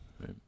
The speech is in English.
Right